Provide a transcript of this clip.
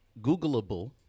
Googleable